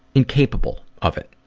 incapable of it.